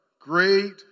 Great